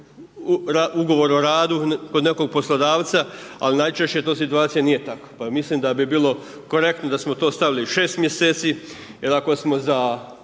ugovor o radu kod nekog poslodavca, ali najčešće to situacija nije tako. Pa mislim da bi bilo korektno da smo to stavili 6 mj. jer ako smo za